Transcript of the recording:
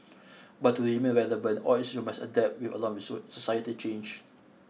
but to remain relevant all institutions must adapt with along with society change